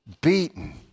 Beaten